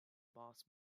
boss